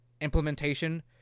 implementation